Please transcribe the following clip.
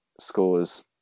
scores